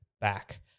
back